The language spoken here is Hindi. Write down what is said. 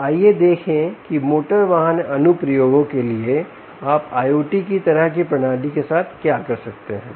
तो आइए देखें कि मोटर वाहन अनुप्रयोगों के लिए आप IOT के तरह की प्रणाली के साथ क्या कर सकते हैं